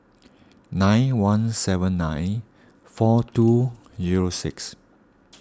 nine one seven nine four two zero six